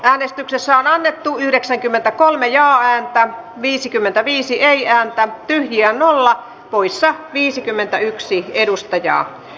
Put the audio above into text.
lopuksi on ajettu yhdeksänkymmentäkolme ja että viisikymmentäviisi ei ääntä pyhien olla poissa päätettävä lausumaehdotuksesta